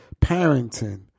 parenting